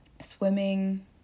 swimming